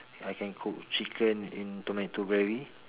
I can cook chicken in tomato gravy